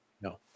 No